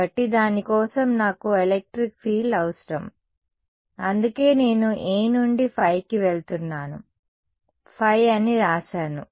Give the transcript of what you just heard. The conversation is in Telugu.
కాబట్టి దాని కోసం నాకు ఎలక్ట్రిక్ ఫీల్డ్ అవసరం అందుకే నేను A నుండి ϕ కి వెళ్తున్నాను ϕ అని రాశాను